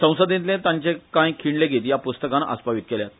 संसदेतले तांचे कांय खीण लेगीत या प्स्तकान आस्पावित केल्यात